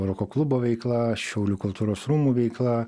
roko klubo veikla šiaulių kultūros rūmų veikla